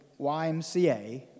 YMCA